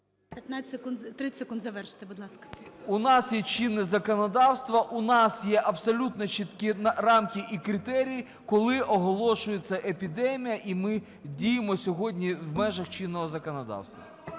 У нас є чинне законодавство, у нас є абсолютно чіткі рамки і критерії, коли оголошується епідемія, і ми діємо сьогодні в межах чинного законодавства.